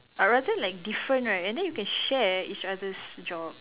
I rather like different right and then you can share each other's job